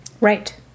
Right